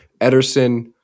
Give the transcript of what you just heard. Ederson